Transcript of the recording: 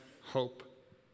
hope